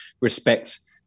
respects